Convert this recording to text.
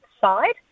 side